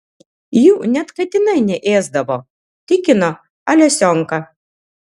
jų net katinai neėsdavo tikino alesionka